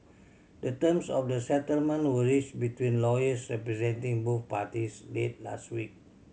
the terms of the settlement were reached between lawyers representing both parties late last week